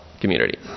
community